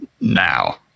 now